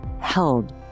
held